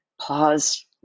pause